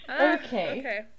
Okay